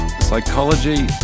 psychology